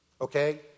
okay